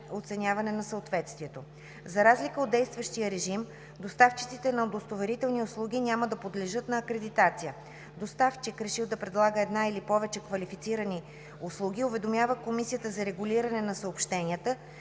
оценяване на съответствието“. За разлика от действащия режим, доставчиците на удостоверителни услуги няма да подлежат на акредитация. Доставчик, решил да предлага една или повече квалифицирани услуги, уведомява Комисията за регулиране на съобщенията,